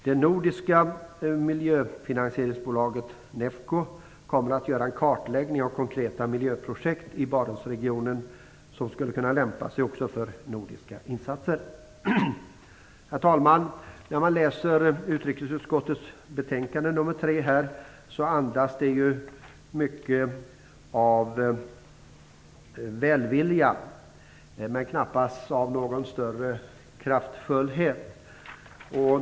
Det nordiska miljöfinansieringsbolaget NEFCO kommer att göra en kartläggning av konkreta miljöprojekt i Barentsregionen som skulle kunna lämpa sig för nordiska insatser. Herr talman! Utrikesutskottets betänkande nr 3 andas mycket välvilja, men knappast någon större kraftfullhet.